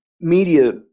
media